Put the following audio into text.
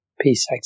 Peace